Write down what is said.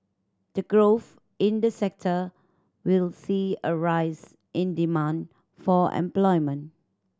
the growth in this sector will see a rise in demand for employment